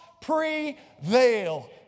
prevail